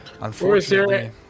unfortunately